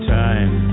time